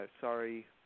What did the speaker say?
sorry